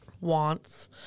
wants